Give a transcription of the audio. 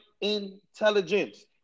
intelligence